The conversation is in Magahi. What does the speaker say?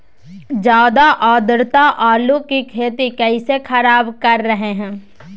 ज्यादा आद्रता आलू की खेती कैसे खराब कर रहे हैं?